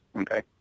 okay